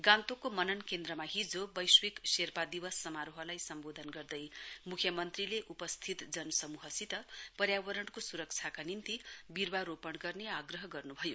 गान्तोकको मनन केन्द्रमा हिजो वैश्विक शेर्पा दिवस समारोहलाई सम्वोधन गर्दै मुख्यमन्त्रीले उपस्थित जन समूहसित पर्यावरणको सुरक्षाका निम्ति बिरुवारोपण गर्ने आग्रह गर्नुभयो